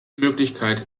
möglichkeit